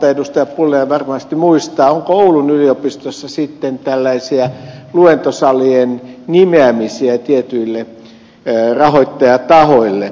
pulliainen varmasti muistaa onko oulun yliopistossa tällaisia luentosalien nimeämisiä tietyille rahoittajatahoille